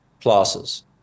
classes